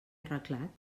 arreglat